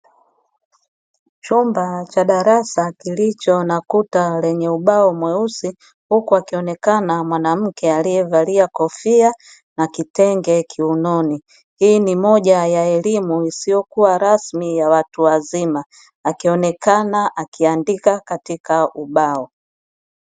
Chumba cha darasa kilicho na kuta lenye ubao mweusi huku akionekana mwanamke aliyevalia kofia na kitenge kiunoni, hii ni moja ya elimu isiyokuwa rasmi ya watu wazima akionekana akiandika katika ubao.